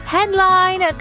Headline